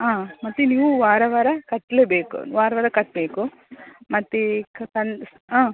ಹಾಂ ಮತ್ತು ನೀವು ವಾರ ವಾರ ಕಟ್ಟಲೇಬೇಕು ವಾರ ವಾರ ಕಟ್ಟಬೇಕು ಮತ್ತು ಹಾಂ